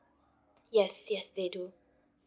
yes yes they do